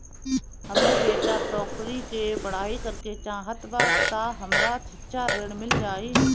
हमर बेटा डाक्टरी के पढ़ाई करेके चाहत बा त हमरा शिक्षा ऋण मिल जाई?